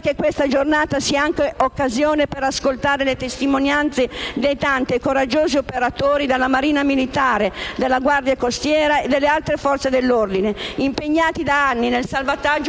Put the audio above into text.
Che questa giornata sia allora un'occasione anche per ascoltare le testimonianze dei tanti e coraggiosi operatori della Marina militare, della Guardia costiera e delle altre Forze dell'ordine, impegnati da anni nel salvataggio